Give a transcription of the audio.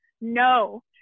No